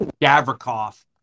Gavrikov